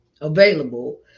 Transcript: available